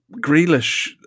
Grealish